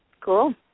cool